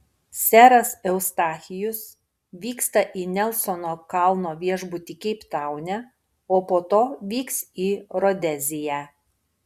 seras eustachijus vyksta į nelsono kalno viešbutį keiptaune o po to vyks į rodeziją